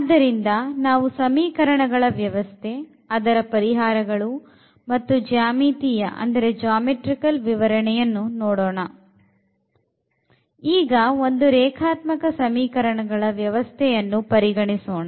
ಆದ್ದರಿಂದ ನಾವು ಸಮೀಕರಣಗಳ ವ್ಯವಸ್ಥೆ ಅದರ ಪರಿಹಾರಗಳು ಮತ್ತು ಜ್ಯಾಮಿತೀಯ ವಿವರಣೆಯನ್ನು ನೋಡೋಣ ಈಗ ಒಂದು ರೇಖಾತ್ಮಕ ಸಮೀಕರಣಗಳ ವ್ಯವಸ್ಥೆಯನ್ನು ಪರಿಗಣಿಸೋಣ